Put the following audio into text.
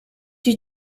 you